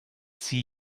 sie